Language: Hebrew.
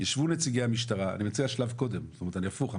ישבו נציגי המשטרה, אני מציע שלב קודם, הפוך.